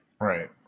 Right